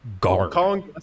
guard